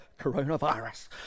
coronavirus